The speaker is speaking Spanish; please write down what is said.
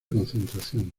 concentración